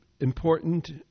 important